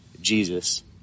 Jesus